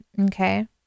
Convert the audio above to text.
Okay